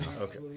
Okay